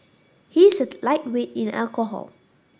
he is a lightweight in alcohol